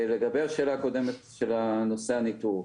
לגבי השאלה הקודמת של נושא הניטור,